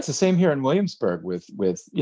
same here in williamsburg, with with, you